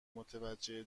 متوجه